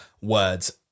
words